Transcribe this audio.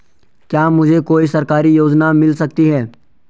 क्या मुझे कोई सरकारी योजना मिल सकती है?